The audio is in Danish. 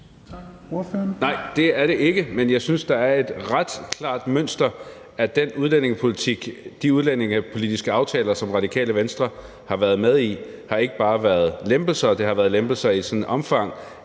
Nej, det er det ikke, men jeg synes, det er et ret klart mønster, at de udlændingepolitiske aftaler, som Radikale Venstre har været med i, ikke bare har været lempelser, men lempelser i sådan et omfang,